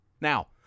Now